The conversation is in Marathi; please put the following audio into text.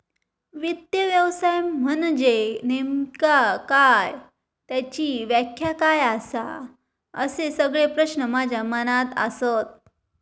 वित्त व्यवसाय म्हनजे नेमका काय? त्याची व्याख्या काय आसा? असे सगळे प्रश्न माझ्या मनात आसत